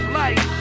life